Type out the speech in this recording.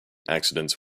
accidents